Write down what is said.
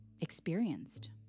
experienced